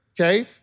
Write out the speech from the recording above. okay